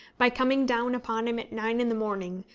by coming down upon him at nine in the morning,